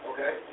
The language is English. Okay